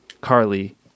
carly